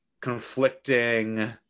conflicting